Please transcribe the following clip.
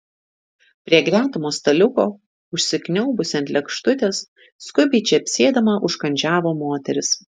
prie gretimo staliuko užsikniaubusi ant lėkštutės skubiai čepsėdama užkandžiavo moteris